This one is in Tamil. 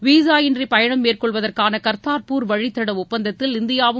விசா இன்றி பயணம் மேற்கொள்வதற்கான கர்த்தார்பூர் வழித்தட ஒப்பந்தத்தில் இந்தியாவும்